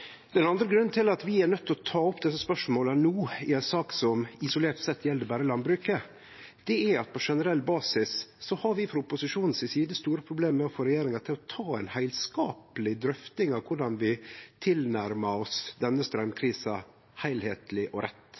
Den andre grunnen til at vi er nøydde til å ta opp desse spørsmåla no, i ei sak som isolert sett gjeld berre landbruket, er at på generell basis har vi frå opposisjonen si side store problem med å få regjeringa til å ta ei heilskapleg drøfting av korleis vi nærmar oss denne straumkrisa heilskapleg og rett